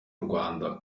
rwanda